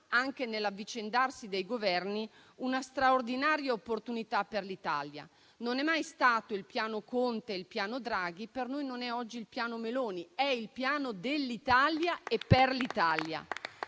anche nell'avvicendarsi dei Governi, per noi resta una straordinaria opportunità per l'Italia. Non è mai stato il piano Conte o il piano Draghi e per noi oggi non è il piano Meloni: è il piano dell'Italia e per l'Italia.